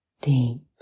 deep